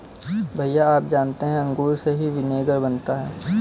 भैया आप जानते हैं अंगूर से ही विनेगर बनता है